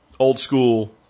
old-school